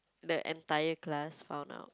the entire class found out